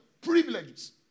privileges